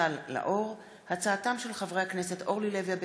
סל לאור; בהצעתם של חברי הכנסת איל בן ראובן,